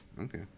okay